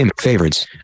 favorites